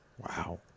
Wow